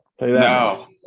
No